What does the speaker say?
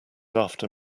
after